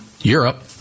europe